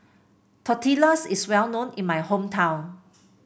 Tortillas is well known in my hometown